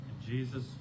Jesus